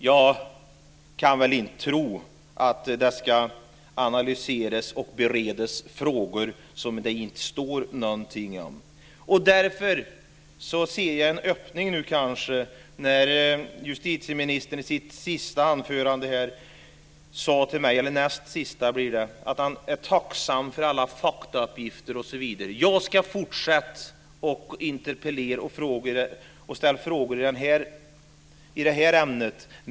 Jag kan inte tro att man ska analysera och bereda frågor som det inte står någonting om. Därför ser jag nu kanske en öppning när justitieministern sade till mig att han är tacksam för alla faktauppgifter osv. Jag ska fortsätta att interpellera och ställa frågor i detta ämne.